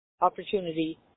opportunity